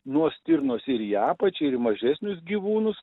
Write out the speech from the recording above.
nuo stirnos ir į apačią ir į mažesnius gyvūnus